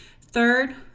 Third